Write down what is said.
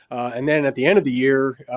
and then at the end of the year,